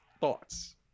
thoughts